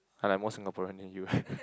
I like more Singaporean than you leh